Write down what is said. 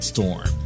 Storm